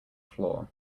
floor